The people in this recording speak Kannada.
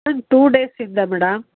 ಒಂದು ಟೂ ಡೇಸ್ ಇಂದ ಮೇಡಮ್